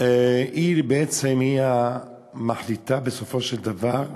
היא בעצם המחליטה, בסופו של דבר,